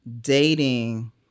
dating